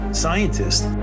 scientists